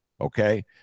okay